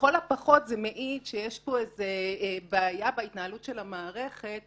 לכל הפחות זה מעיד שיש פה איזה בעיה בהתנהלות של המערכת,